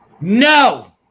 no